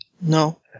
No